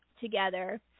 together